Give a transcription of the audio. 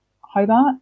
Hobart